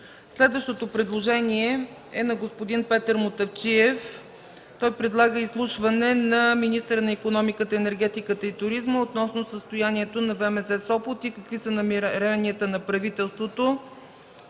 Следващото предложение е на господин Петър Мутафчиев. Той предлага изслушване на министъра на енергетиката, икономиката и туризма относно състоянието на ВМЗ – Сопот, и какви са намеренията на министерството,